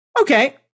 okay